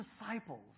disciples